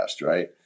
right